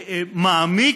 מעמיק,